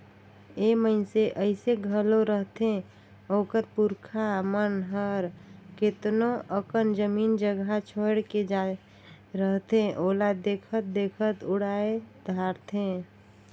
ए मइनसे अइसे घलो रहथें ओकर पुरखा मन हर केतनो अकन जमीन जगहा छोंएड़ के जाए रहथें ओला देखत देखत उड़ाए धारथें